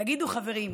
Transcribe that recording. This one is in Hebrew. תגידו, חברים,